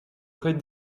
près